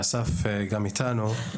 ואסף גם איתנו.